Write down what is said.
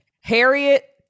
harriet